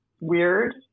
weird